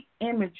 images